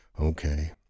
Okay